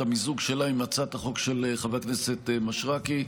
המיזוג שלה עם הצעת החוק של חבר הכנסת מישרקי,